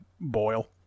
boil